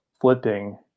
flipping